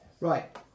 Right